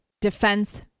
defense